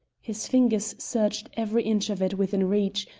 his fingers searched every inch of it within reach,